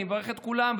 אני מברך את כולם,